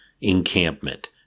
encampment